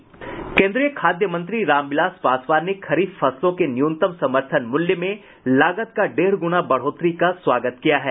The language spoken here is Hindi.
केन्द्रीय खाद्य मंत्री रामविलास पासवान ने खरीफ फसलों के न्यूनतम समर्थन मूल्य में लागत का डेढ़ गुणा बढ़ोतरी का स्वागत किया है